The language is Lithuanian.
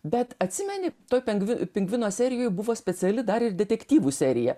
bet atsimeni toj pengvi pingvino serijoj buvo speciali dar ir detektyvų serija